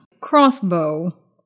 crossbow